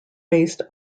based